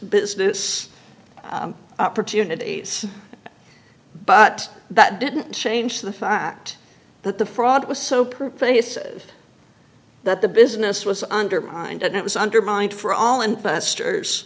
business opportunities but that didn't change the fact that the fraud was so pervasive that the business was undermined and it was undermined for all and